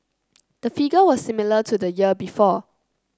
the figure was similar to the year before